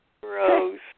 Gross